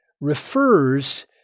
refers